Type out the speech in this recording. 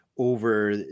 over